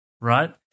right